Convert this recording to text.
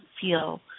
feel